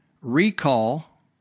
recall